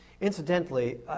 Incidentally